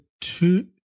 two